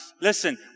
Listen